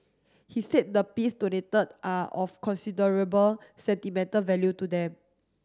he said the piece donated are of considerable sentimental value to them